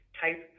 type